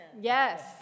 yes